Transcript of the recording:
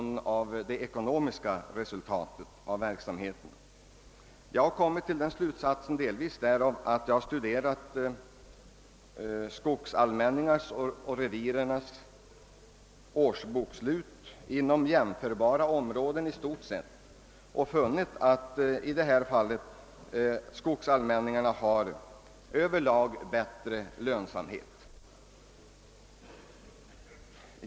Denna min slutsats grundas delvis på studier av skogsallmänningars och revirs årsbokslut inom i stort sett jämförbara områden, som visat att skogsallmänningarna i detta avseende över lag är mera lönsamma.